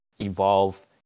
evolve